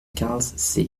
quinze